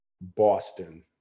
Boston